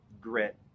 grit